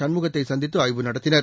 சண்முகத்தை சந்தித்து ஆய்வு நடத்தினர்